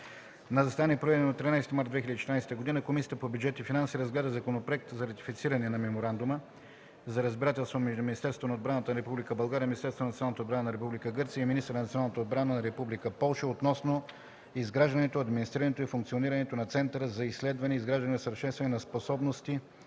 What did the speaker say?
На заседание, проведено на 13 март 2014 г., Комисията по бюджет и финанси разгледа Законопроект за ратифициране на Меморандума за разбирателство между Министерството на отбраната на Република България, Министерството на националната отбрана на Република Гърция и министъра на националната отбрана на Република Полша относно изграждането, администрирането и функционирането на Център за изследване, изграждане и усъвършенстване на способности